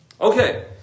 Okay